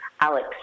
Alex